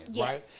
right